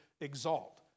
exalt